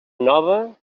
nova